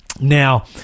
Now